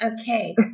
Okay